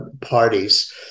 parties